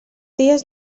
dies